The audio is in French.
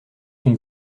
une